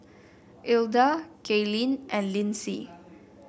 Ilda Gaylene and Lindsey